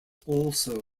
also